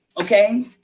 okay